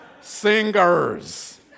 Singers